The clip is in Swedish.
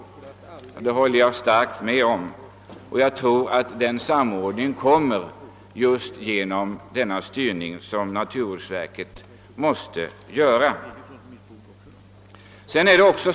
Det håller jag med om; jag tror att denna samordning kan åstadkommas just genom den styrning som naturvårdsverket måste ansvara för.